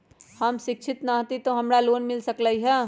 हम शिक्षित न हाति तयो हमरा लोन मिल सकलई ह?